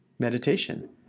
meditation